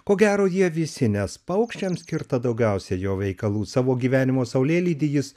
ko gero jie visi nes paukščiams skirta daugiausiai jo veikalų savo gyvenimo saulėlydy jis